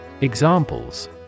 Examples